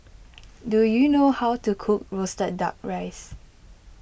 do you know how to cook Roasted Duck Rice